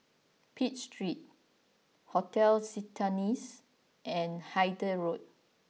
Pitt Street Hotel Citadines and Hythe Road